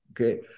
okay